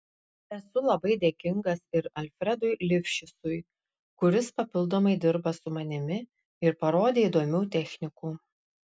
esu labai dėkingas ir alfredui lifšicui kuris papildomai dirba su manimi ir parodė įdomių technikų